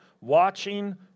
watching